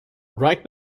right